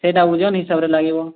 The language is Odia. ସେଇଟା ଓଜନ ହିସାବରେ ଲାଗିବ